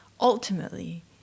ultimately